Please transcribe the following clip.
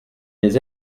les